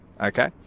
okay